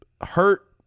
Hurt